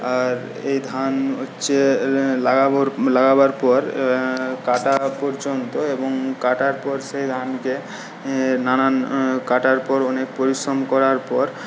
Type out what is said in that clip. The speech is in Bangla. আর এই ধান হচ্ছে লাগাবো লাগাবার পর কাটা পর্যন্ত এবং কাটার পর সেই ধানকে নানান কাটার পর অনেক পরিশ্রম করার পর